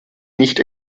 nicht